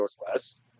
Northwest